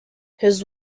his